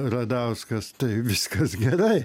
radauskas tai viskas gerai